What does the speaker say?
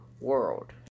world